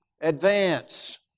advance